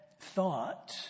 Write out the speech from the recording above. thought